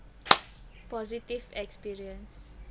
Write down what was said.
positive experience